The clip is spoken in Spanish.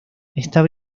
estaba